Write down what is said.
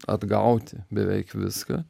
atgauti beveik viską